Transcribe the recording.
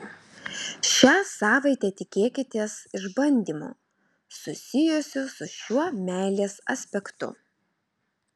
šią savaitę tikėkitės išbandymo susijusio su šiuo meilės aspektu